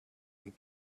and